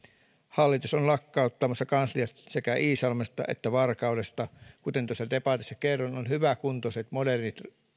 hallitus on lakkauttamassa kansliat sekä iisalmesta että varkaudesta kuten tuossa debatissa kerroin on hyväkuntoiset modernit